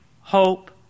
hope